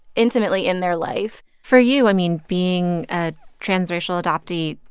intimately in their life? for you, i mean, being a transracial adoptee,